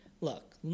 look